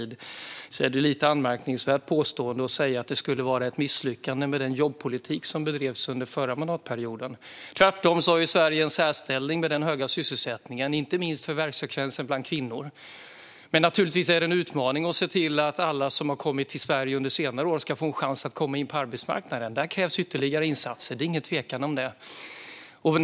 Med tanke på detta är det ett lite anmärkningsvärt påstående att den jobbpolitik som bedrevs under den förra mandatperioden skulle vara ett misslyckande. Tvärtom har Sverige en särställning med sin höga sysselsättning, inte minst när det gäller förvärvsfrekvensen bland kvinnor. Naturligtvis är det en utmaning att se till att alla som har kommit till Sverige under senare år ska få en chans att komma in på arbetsmarknaden, och där krävs det ytterligare insatser. Det är ingen tvekan om det.